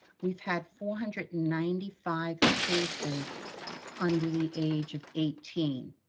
we've had four hundred and ninety five cases under the age of eighteen.